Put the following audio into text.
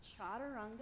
chaturanga